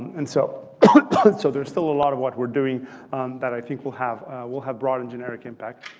and so so there's still a lot of what we're doing that, i think, will have will have broadened generic impact.